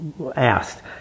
Asked